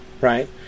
Right